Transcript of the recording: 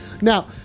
Now